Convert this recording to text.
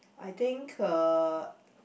I think her